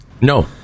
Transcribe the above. No